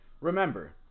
remember